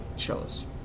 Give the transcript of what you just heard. shows